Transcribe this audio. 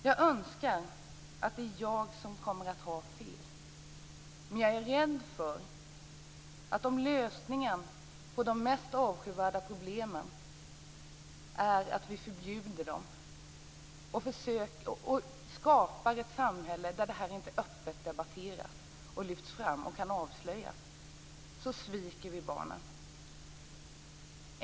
Jag önskar att jag har fel, men jag är rädd för att om lösningen på de mest avskyvärda problemen blir att vi förbjuder dem och därmed skapar ett samhälle där det här inte öppet debatteras, lyfts fram och kan avslöjas, sviker vi barnen.